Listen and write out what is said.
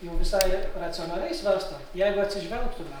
jau visai racionaliai svarstant jeigu atsižvelgtume